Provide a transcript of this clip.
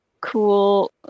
cool